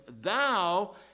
thou